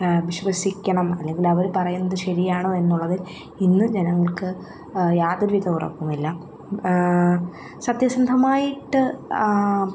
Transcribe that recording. വിശ്വസിക്കണം അല്ലെങ്കിൽ അവർ പറയുന്നത് ശരിയാണോ എന്നുള്ളതിൽ ഇന്ന് ജനങ്ങൾക്ക് യാതൊരു വിധ ഉറപ്പുമില്ല സത്യസന്ധമായിട്ട്